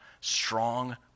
strong